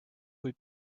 kui